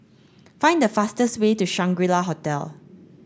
find the fastest way to Shangri La Hotel